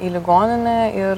į ligoninę ir